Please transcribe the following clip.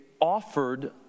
offered